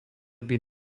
byť